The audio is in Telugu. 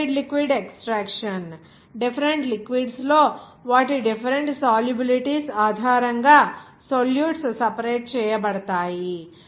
లేదా liquid liquid extraction different liquids లో వాటి డిఫరెంట్ సాల్యుబిలిటీస్ ఆధారంగా సోల్యూట్స్ సెపరేట్ చేయబడతాయి